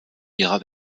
ihre